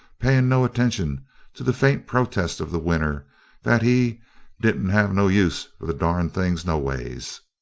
paying no attention to the faint protests of the winner that he didn't have no use for the darned things no ways.